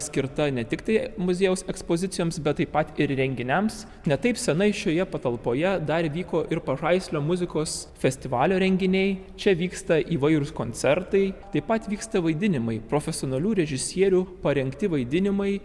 skirta ne tiktai muziejaus ekspozicijoms bet taip pat ir renginiams ne taip senai šioje patalpoje dar vyko ir pažaislio muzikos festivalio renginiai čia vyksta įvairūs koncertai taip pat vyksta vaidinimai profesionalių režisierių parengti vaidinimai